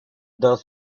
does